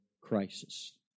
crisis